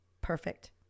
perfect